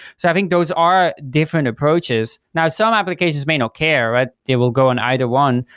so i think those are different approaches. now some applications may not care, but they will go in either one.